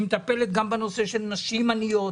היא מטפלת גם בנושא של נשים עניות,